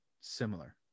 similar